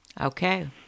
Okay